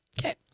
Okay